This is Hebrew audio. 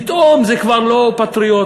פתאום זה כבר לא פטריוטי,